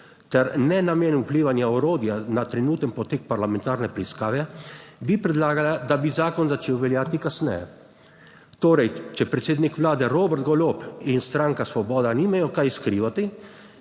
ter ne namen vplivanja orodja na trenuten potek parlamentarne preiskave, bi predlagala, da bi zakon začel veljati kasneje. Torej, če predsednik Vlade Robert Golob in stranka Svoboda nimajo kaj skrivati,